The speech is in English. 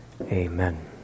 Amen